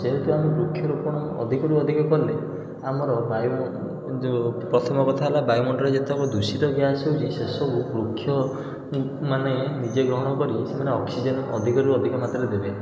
ଯେହେତୁ ଆମେ ବୃକ୍ଷରୋପଣ ଅଧିକରୁ ଅଧିକ କଲେ ଆମର ବାୟୁ ଯେଉଁ ପ୍ରଥମ କଥା ହେଲା ବାୟୁମଣ୍ଡଳର ଯେତକ ଦୂଷିତ ଗ୍ୟାସ୍ ରହିଛି ସେ ସବୁ ବୃକ୍ଷ ମାନେ ନିଜେ ଗ୍ରହଣ କରି ସେମାନେ ଅକ୍ସିଜେନ୍ ଅଧିକରୁ ଅଧିକ ମାତ୍ରାରେ ଦେବେ